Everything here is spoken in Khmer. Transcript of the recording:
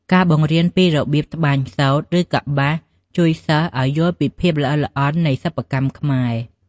ការបង្រៀនពីរបៀបតម្បាញសូត្រ ឬកប្បាស ជួយសិស្សឱ្យយល់ពីភាពល្អិតល្អន់នៃសិប្បកម្មខ្មែរ។